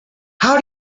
how